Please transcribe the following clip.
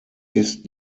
ist